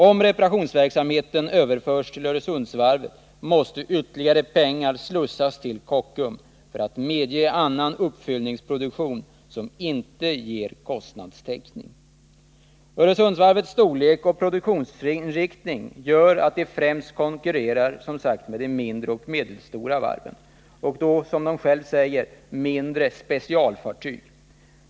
Om reparationsverksamheten inte överförs från Öresundsvarvet, måste ytterligare pengar slussas till Kockums för att medge annan utfyllnadsproduktion, som inte ger kostnadstäckning. Öresundsvarvets storlek och produktionsinriktning gör att det, som sagt, främst konkurrerar med mindre och medelstora varv, framför allt när det gäller byggandet av mindre specialfartyg.